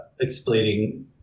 explaining